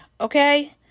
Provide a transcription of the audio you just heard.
Okay